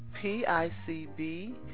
PICB